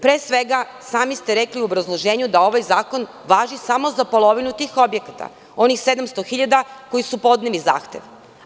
Pre svega, sami ste rekli u obrazloženju da ovaj zakon važi samo za polovinu tih objekata, onih 700 hiljada koji su podneli zahtev.